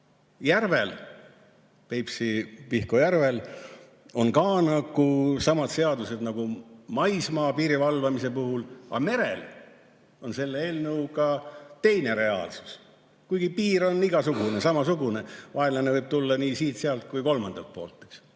järvel, Peipsi-Pihkva järvel on ka samad seadused nagu maismaapiiri valvamise puhul, aga merel on selle eelnõuga teine reaalsus. Kuigi piir on samasugune, vaenlane võib tulla nii siit, sealt kui ka kolmandalt poolt.